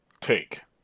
take